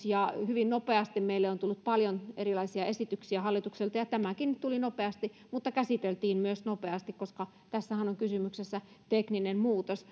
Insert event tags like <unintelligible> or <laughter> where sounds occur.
<unintelligible> ja hyvin nopeasti meille on tullut paljon erilaisia esityksiä hallitukselta tämäkin tuli nopeasti ja käsiteltiin myös nopeasti koska tässähän on on kysymyksessä tekninen muutos <unintelligible>